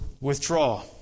withdraw